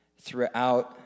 throughout